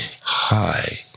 Hi